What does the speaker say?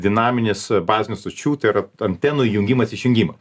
dinaminis bazinių stočių tai yra antenų įjungimas išjungimas